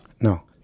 No